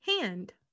hand